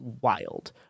wild